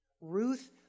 Ruth